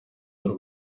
y’u